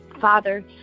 Father